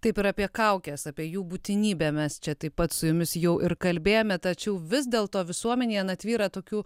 taip ir apie kaukes apie jų būtinybę mes čia taip pat su jumis jau ir kalbėjome tačiau vis dėl to visuomenėje tvyra tokių